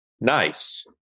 nice